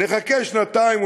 נחכה שנתיים,